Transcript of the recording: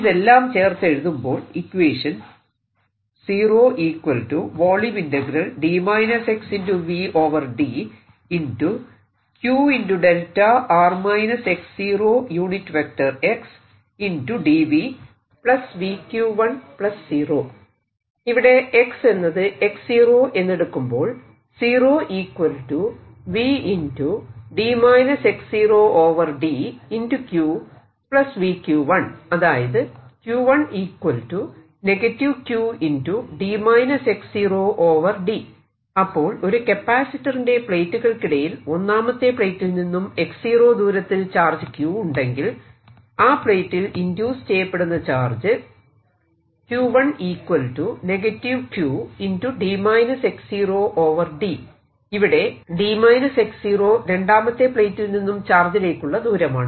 ഇതെല്ലം ചേർത്തെഴുതുമ്പോൾ ഇക്വേഷൻ ഇവിടെ x എന്നത് x 0 എന്നെടുക്കുമ്പോൾ അതായത് അപ്പോൾ ഒരു കാപ്പാസിറ്ററിന്റെ പ്ലേറ്റുകൾക്കിടയിൽ ഒന്നാമത്തെ പ്ലേറ്റിൽ നിന്നും x0 ദൂരത്തിൽ ചാർജ് Q ഉണ്ടെങ്കിൽ ആ പ്ലേറ്റിൽ ഇൻഡ്യൂസ് ചെയ്യപ്പെടുന്ന ചാർജ് ഇവിടെ d x0 രണ്ടാമത്തെ പ്ലേറ്റിൽ നിന്നും ചാർജിലേക്കുള്ള ദൂരമാണ്